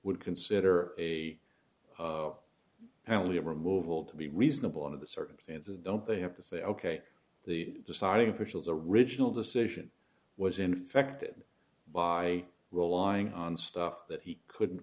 would consider a family removal to be reasonable under the circumstances don't they have to say ok the deciding for szell's a riginal decision was infected by relying on stuff that he couldn't